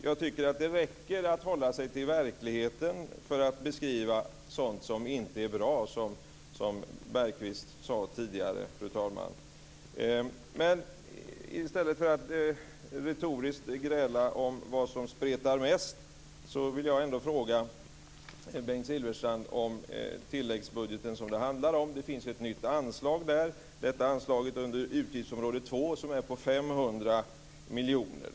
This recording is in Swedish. Jag tycker att det räcker att hålla sig till verkligheten för att beskriva sådant som inte är bra, som Bergqvist sade tidigare. I stället för att gräla om vad som spretar mest vill jag fråga Bengt Silfverstrand om tilläggsbudgeten, som det handlar om. Det finns ett nytt anslag där. Detta anslag under utgiftsområde 2 är på 500 miljoner.